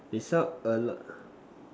they sell a lot